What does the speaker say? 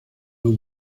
who